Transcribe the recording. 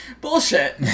bullshit